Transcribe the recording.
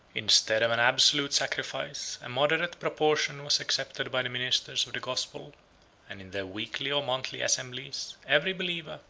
instead of an absolute sacrifice, a moderate proportion was accepted by the ministers of the gospel and in their weekly or monthly assemblies, every believer,